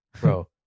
Bro